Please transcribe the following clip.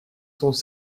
sons